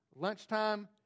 lunchtime